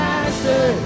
Master